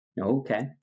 okay